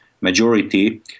majority